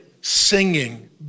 singing